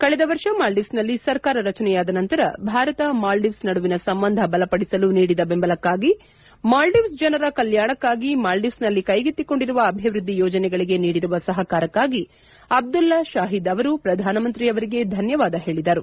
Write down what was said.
ಕಳೆದ ವರ್ಷ ಮಾಲ್ಡೀವ್ಸ್ನಲ್ಲಿ ಸರ್ಕಾರ ರಚನೆಯಾದ ನಂತರ ಭಾರತ ಮಾಲ್ಲೀವ್ಸ್ ನಡುವಿನ ಸಂಬಂಧ ಬಲಪಡಿಸಲು ನೀಡಿದ ಬೆಂಬಲಕ್ಕಾಗಿ ಮಾಲ್ಡೀವ್ಸ್ ಜನರ ಕಲ್ಕಾಣಕ್ಕಾಗಿ ಮಾಲ್ಡೀವ್ಸ್ನಲ್ಲಿ ಕೈಗೆತ್ತಿಕೊಂಡಿರುವ ಅಭಿವೃದ್ಧಿ ಯೋಜನೆಗಳಿಗೆ ನೀಡಿರುವ ಸಹಕಾರಕ್ಷಾಗಿ ಅಬ್ದುಲ್ಲಾ ಶಾಹೀದ್ ಅವರು ಪ್ರಧಾನಮಂತ್ರಿಯವರಿಗೆ ಧನ್ಯವಾದ ಹೇಳಿದರು